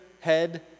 head